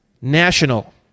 national